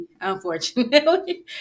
unfortunately